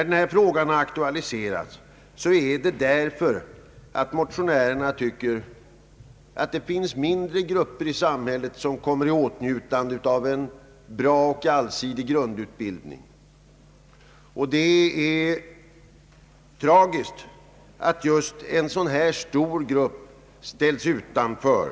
Denna fråga har aktualiserats därför att motionärerna funnit det anmärkningsvärt att mindre grupper i samhället åtnjuter bra och allsidig grundutbildning, medan en sådan här stor grupp tragiskt nog ställs utanför.